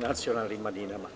nacionalnim manjinama.